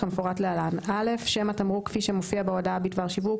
כמפורט להלן: (א) שם התמרוק כפי שמופיע בהודעה בדבר שיווק,